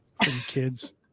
Kids